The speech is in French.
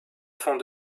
font